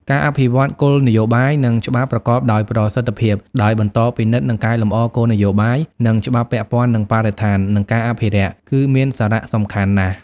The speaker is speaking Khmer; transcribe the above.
ការអភិវឌ្ឍគោលនយោបាយ និងច្បាប់ប្រកបដោយប្រសិទ្ធភាព ដោយបន្តពិនិត្យ និងកែលម្អគោលនយោបាយ និងច្បាប់ពាក់ព័ន្ធនឹងបរិស្ថាន និងការអភិរក្ស គឺមានសារៈសំខាន់ណាស់។